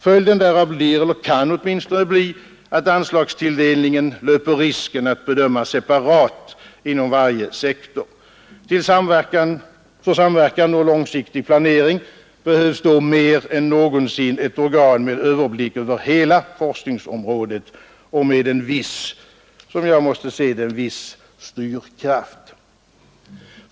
Följden därav blir, kan åtminstone bli, att anslagstilldelningen löper risken att bedömas separat inom varje sektor. För samverkan och långsiktig planering behövs då mer än någonsin ett organ med överblick över hela forskningsområdet och — som jag måste se det — med en viss styrkraft.